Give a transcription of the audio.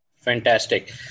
Fantastic